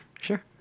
Sure